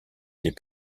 les